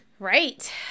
Right